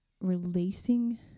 releasing